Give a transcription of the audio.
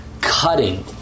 cutting